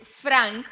Frank